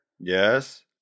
Yes